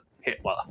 Hitler